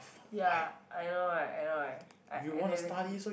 ya I know right I know right I exactly